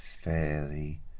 fairly